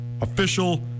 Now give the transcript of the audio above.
official